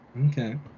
Okay